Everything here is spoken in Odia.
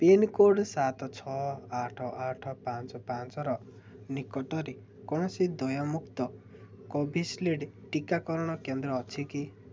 ପିନ୍କୋଡ଼୍ ସାତ ଛଅ ଆଠ ଆଠ ପାଞ୍ଚ ପାଞ୍ଚର ନିକଟରେ କୌଣସି ଦୟମୁକ୍ତ କୋଭିଶିଲ୍ଡ୍ ଟିକାକରଣ କେନ୍ଦ୍ର ଅଛି କି